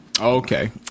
Okay